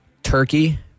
turkey